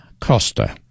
Costa